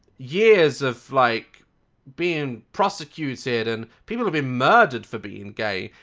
years of like being prosecuted and people have been murdered for being gay,